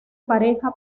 pareja